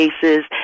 cases